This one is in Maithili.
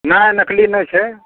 नहि नकली नहि छै